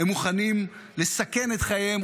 הם מוכנים לסכן את חייהם,